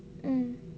mm